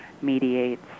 mediates